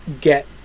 get